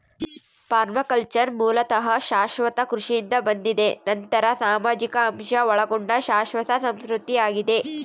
permaculture ಮೂಲತಃ ಶಾಶ್ವತ ಕೃಷಿಯಿಂದ ಬಂದಿದೆ ನಂತರ ಸಾಮಾಜಿಕ ಅಂಶ ಒಳಗೊಂಡ ಶಾಶ್ವತ ಸಂಸ್ಕೃತಿ ಆಗಿದೆ